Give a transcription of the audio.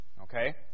okay